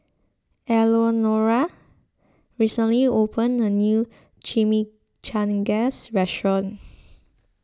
Eleonora recently opened a new Chimichangas restaurant